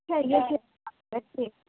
ते आइया ते